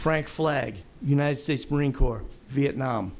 frank flag united states marine corps vietnam